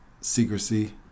secrecy